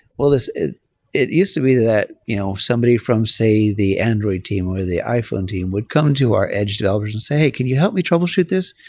well, it it used to be that you know somebody from, say, the android team or the iphone team would come to our edge developers and say, hey, can you help me troubleshoot this?